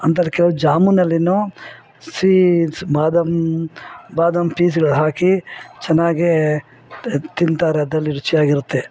ಅಂದರೆ ಕೆಲವರು ಜಾಮುನಲ್ಲಿ ಸಿಹಿ ಸ್ ಬಾದಾಮಿ ಬಾದಾಮಿ ಪೀಸ್ಗಳು ಹಾಕಿ ಚೆನ್ನಾಗೆ ತಿಂತಾರೆ ಅದರಲ್ಲಿ ರುಚಿಯಾಗಿರುತ್ತೆ